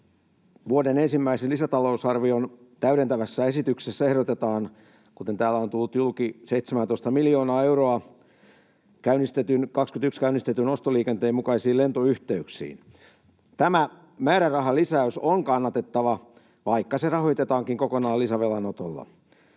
Vuoden ensimmäisen lisätalousarvion täydentävässä esityksessä ehdotetaan, kuten täällä on tullut julki, 17 miljoonaa euroa vuonna 21 käynnistetyn ostoliikenteen mukaisiin lentoyhteyksiin. Tämä määrärahalisäys on kannatettava, vaikka se rahoitetaankin kokonaan lisävelanotolla.